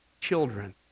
children